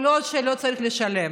כל עוד לא צריך לשלם.